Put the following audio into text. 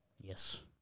Yes